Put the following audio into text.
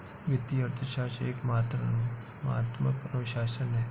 वित्तीय अर्थशास्त्र एक मात्रात्मक अनुशासन है